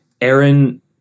Aaron